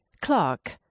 Clark